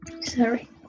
sorry